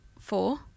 Four